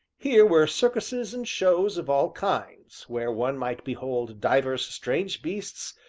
here were circuses and shows of all kinds, where one might behold divers strange beasts,